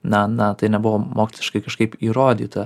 na na tai nebuvo moksliškai kažkaip įrodyta